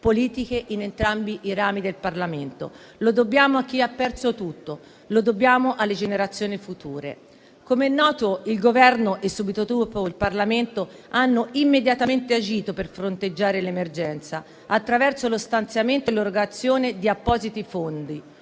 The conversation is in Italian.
politiche in entrambi i rami del Parlamento. Lo dobbiamo a chi ha perso tutto. Lo dobbiamo alle generazioni future. Come è noto, il Governo e, subito dopo, il Parlamento hanno immediatamente agito per fronteggiare l'emergenza, attraverso lo stanziamento e l'erogazione di appositi fondi.